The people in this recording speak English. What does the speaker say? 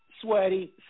sweaty